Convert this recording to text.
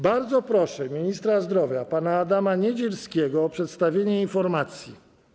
Bardzo proszę ministra zdrowia pana Adama Niedzielskiego o przedstawienie informacji.